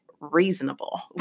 reasonable